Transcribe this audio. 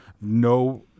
No